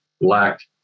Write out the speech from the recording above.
lacked